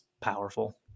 powerful